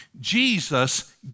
Jesus